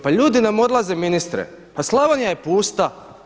Pa ljudi nam odlaze ministre, pa Slavonija je pusta.